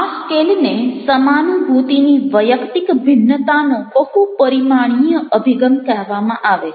આ સ્કેલને સમાનુભૂતિની વૈયક્તિક ભિન્નતાનો બહુપરિમાણીય અભિગમ કહેવામાં આવે છે